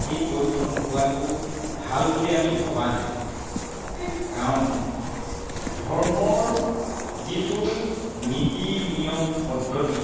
এই পৰিৱৰ্তন হোৱাটো ভাল বুলি আমি ভবা নাই কাৰণ ধৰ্মৰ যিটো নীতি নিয়ম পদ্ধতি